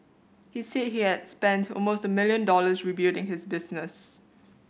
he said he had spent almost a million dollars rebuilding his business